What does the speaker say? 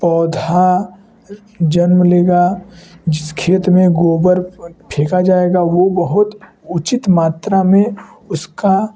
पौधा जन्म लेगा जिस खेत में गोबर फेंका जाएगा वह बहुत उचित मात्रा में उसका